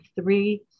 three